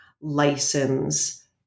license